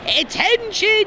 attention